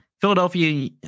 philadelphia